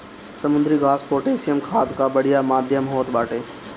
समुद्री घास पोटैशियम खाद कअ बढ़िया माध्यम होत बाटे